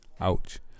ouch